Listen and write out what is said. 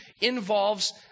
involves